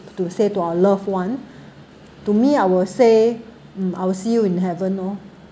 to say to our loved one to me I will say mm I will see you in heaven lor